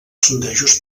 sondejos